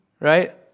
Right